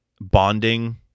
bonding